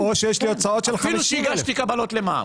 או שיש לי הוצאות של 50,000. אפילו שהגשתי קבלות למע"מ?